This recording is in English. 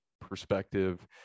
perspective